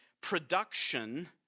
production